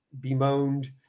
bemoaned